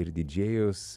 ir didžėjus